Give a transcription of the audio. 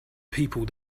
people